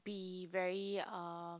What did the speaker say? be very uh